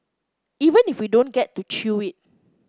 even if we don't get to chew it